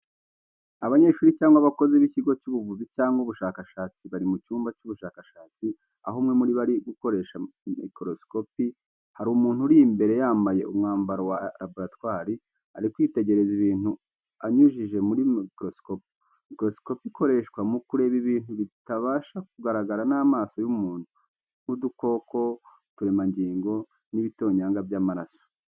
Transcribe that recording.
Abanyeshuri cyangwa abakozi b’ikigo cy’ubuvuzi cyangwa ubushakashatsi bari mu cyumba cy'ubushakashatsi, aho umwe muri bo ari gukoresha mikorosikopi. Hari umuntu uri imbere yambaye umwambaro wa laboratwari, ari kwitegereza ibintu anyujije muri mikorosikopi. Mikorosikopi ikoreshwa mu kureba ibintu bitabasha kugaragara n’amaso y’umuntu, nk'udukoko, uturemangingo, n'ibitonyanga by’amaraso.